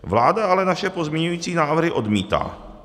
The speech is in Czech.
Vláda ale naše pozměňovací návrhy odmítá.